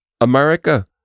America